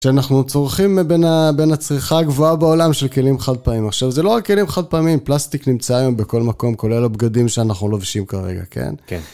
שאנחנו צורכים בין ה... בין הצריכה הגבוהה בעולם של כלים חד פעמים. עכשיו, זה לא רק כלים חד פעמים, פלסטיק נמצא היום בכל מקום, כולל הבגדים שאנחנו לובשים כרגע, כן? כן.